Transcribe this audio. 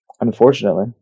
Unfortunately